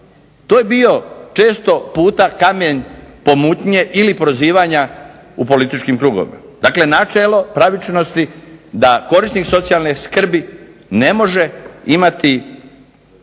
To je bio često puta kamen pomutnje ili prozivanja u političkim krugovima. Dakle načelo pravičnosti da korisnik socijalne skrbi ne može imati,